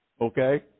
Okay